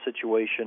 situation